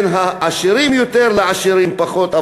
בין העשירים יותר לעשירים פחות,